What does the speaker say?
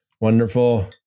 Wonderful